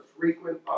frequent